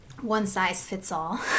one-size-fits-all